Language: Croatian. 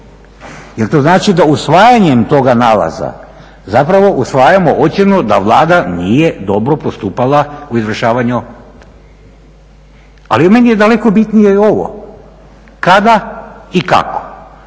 Jel to znači da usvajanjem toga nalaza zapravo usvajamo ocjenu da Vlada nije dobro postupala u izvršavanju? Ali meni je daleko bitnije i ovo kada i kako